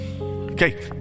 Okay